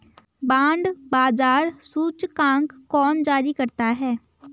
Bond बाजार सूचकांक कौन जारी करता है?